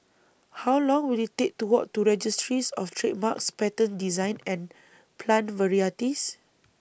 How Long Will IT Take to Walk to Registries of Trademarks Patents Designs and Plant Varieties